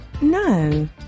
No